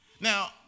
Now